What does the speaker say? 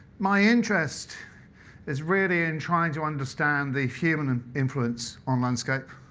my interest is really in trying to understand the human and influence on landscape,